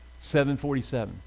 747